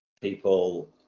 people